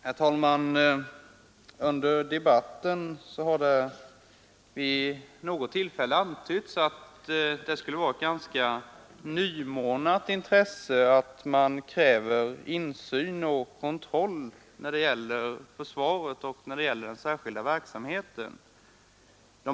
Herr talman! Under debatten har det vid något tillfälle antytts att det skulle vara ett ganska nymornat intresse att kräva insyn och kontroll när det gäller försvaret och den särskilda verksamheten där.